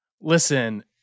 Listen